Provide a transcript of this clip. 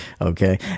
okay